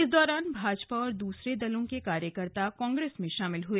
इस दौरान भाजपा और दूसरे दलों के कार्यकर्ता कांग्रेस में शामिल हुए